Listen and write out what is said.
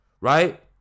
right